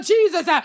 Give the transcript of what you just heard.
Jesus